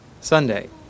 Sunday